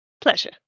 pleasure